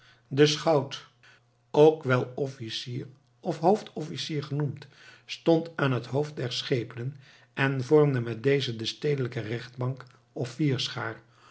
de schout ook wel officier of hoofd-officier genoemd stond aan het hoofd der schepenen en vormde met dezen de stedelijke rechtbank of